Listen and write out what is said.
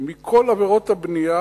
מכל הוראות הבנייה.